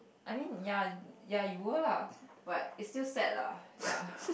I mean ya ya you were lah but it's still sad lah ya